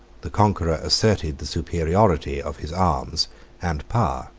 the conqueror asserted the superiority of his arms and power.